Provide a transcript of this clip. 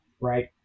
right